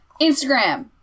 Instagram